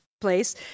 place